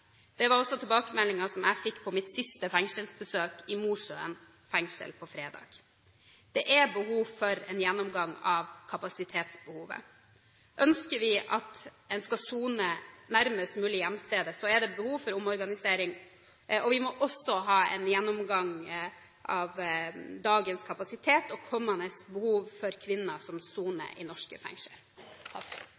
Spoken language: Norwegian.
Det var også tilbakemeldingen jeg fikk på mitt siste fengselsbesøk i Mosjøen fengsel på fredag. Det er behov for en gjennomgang av kapasitetsbehovet. Ønsker vi at en skal sone nærmest mulig hjemstedet, er det behov for omorganisering. Vi må også ha en gjennomgang av dagens kapasitet og kommende behov for kvinner som soner